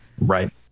Right